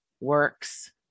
works